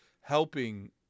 helping